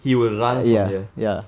he will run from here